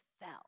fell